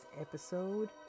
episode